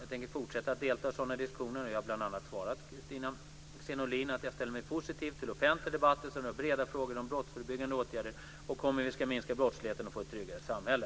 Jag tänker fortsätta att delta i sådana diskussioner, och jag har bl.a. svarat Kristina Axén Olin att jag ställer mig positiv till offentliga debatter som rör breda frågor om brottsförebyggande åtgärder och om hur vi ska minska brottsligheten och få ett tryggare samhälle.